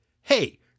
hey